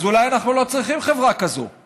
אז אולי אנחנו לא צריכים חברה כזאת,